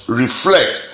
reflect